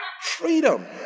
Freedom